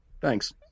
thanks